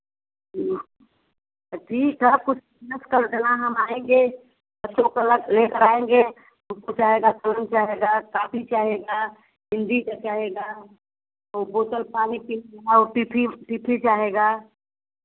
तो ठीक ठाक कुछ माइनस कर देना हम आएँगे बच्चों क को ले कर आएँगे तो खुद आएगा समझ जाएगा कॉपी चाहेगा हिन्दी का चाहेगा और बोतल पानी कि और टिफिन टिफि चाहेगा